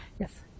Yes